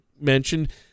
mentioned